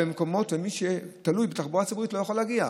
מקומות ומי שתלוי בתחבורה ציבורית לא יוכל להגיע,